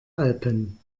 alpen